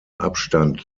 abstand